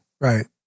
Right